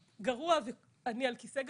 אני על כיסא גלגלים,